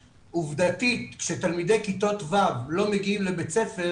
שעובדתית כשתלמידי כיתות ו' לא מגיעים לבית ספר